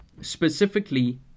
specifically